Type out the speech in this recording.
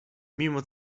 mimo